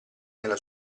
nella